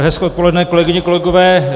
Hezké odpoledne, kolegyně, kolegové.